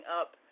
up